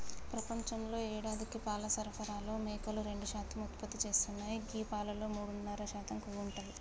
ప్రపంచంలో యేడాదికి పాల సరఫరాలో మేకలు రెండు శాతం ఉత్పత్తి చేస్తున్నాయి గీ పాలలో మూడున్నర శాతం కొవ్వు ఉంటది